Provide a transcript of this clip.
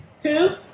Two